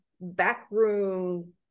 backroom